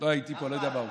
לא הייתי פה, לא יודע מהו.